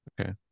Okay